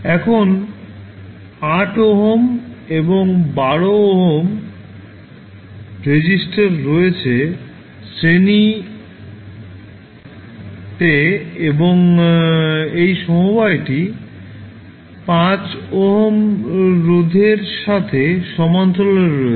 এখন 8 ওহম এবং 12 ohm resistor রয়েছে শ্রেণীতে এবং এই সমবায়টি 5 ওহম রোধের সাথে সমান্তরালে রয়েছে